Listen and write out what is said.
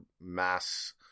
mass